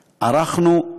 על זה אתה בא לברך,